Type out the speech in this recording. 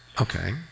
Okay